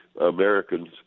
Americans